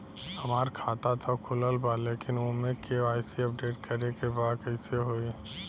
हमार खाता ता खुलल बा लेकिन ओमे के.वाइ.सी अपडेट करे के बा कइसे होई?